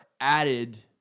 added